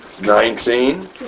Nineteen